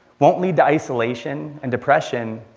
won't lead to isolation and depression,